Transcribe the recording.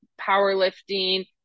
powerlifting